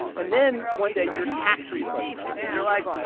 and then one day your tax refund comes. and you're like,